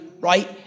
right